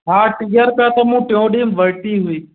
हा टीह रुपया त मूं टियों ॾींहं वरिती हुई